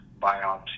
biopsy